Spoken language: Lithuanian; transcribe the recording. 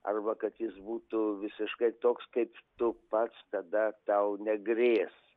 arba kad jis būtų visiškai toks kaip tu pats tada tau negrės